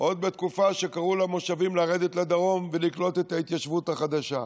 עד בתקופה שקראו למושבים לרדת לדרום ולקלוט את ההתיישבות החדשה.